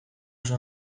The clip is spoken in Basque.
oso